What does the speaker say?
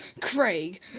Craig